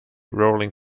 rolling